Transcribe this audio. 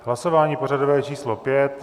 Hlasování pořadové číslo 5.